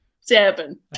seven